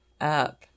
up